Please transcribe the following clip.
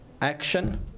Action